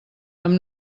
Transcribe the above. amb